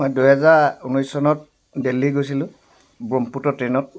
মই দুহেজাৰ ঊনৈছ চনত দেলহি গৈছিলো ব্ৰহ্মপুত্ৰ ট্ৰে'নত